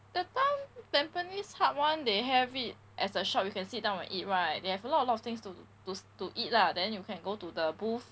that time tampines hub [one] they have it as a shop you can sit down and eat right they have a lot a lot of things to to to eat lah then you can go to the booth